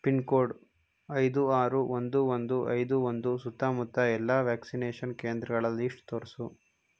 pin code ಐದು ಆರು ಒಂದು ಒಂದು ಐದು ಒಂದು ಸುತ್ತಮುತ್ತ ಎಲ್ಲ ವ್ಯಾಕ್ಸಿನೇಶನ್ ಕೇಂದ್ರಗಳ ಲೀಸ್ಟ್ ತೋರಿಸು